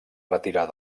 retirar